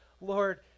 Lord